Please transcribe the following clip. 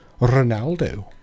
Ronaldo